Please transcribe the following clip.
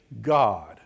God